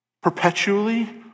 perpetually